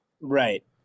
right